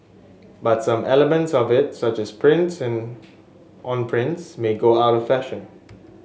but some elements of it such as prints in on prints may go out of fashion